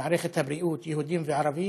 במערכת הבריאות, יהודים וערבים,